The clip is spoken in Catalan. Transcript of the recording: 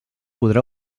podrà